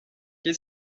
que